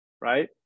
right